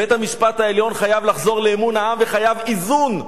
בית-המשפט העליון חייב לחזור לאמון העם וחייב איזון,